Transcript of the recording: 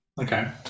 okay